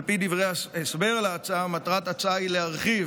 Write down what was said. על פי דברי ההסבר להצעה, מטרת ההצעה היא להרחיב